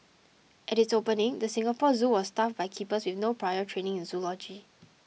at its opening the Singapore Zoo was staffed by keepers with no prior training in zoology